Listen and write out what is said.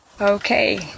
Okay